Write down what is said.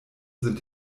sind